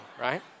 right